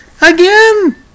again